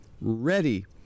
ready